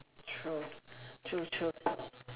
true true true